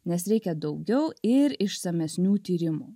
nes reikia daugiau ir išsamesnių tyrimų